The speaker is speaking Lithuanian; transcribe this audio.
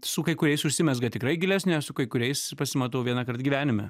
su kai kuriais užsimezga tikrai gilesnės su kai kuriais pasimatau vienąkart gyvenime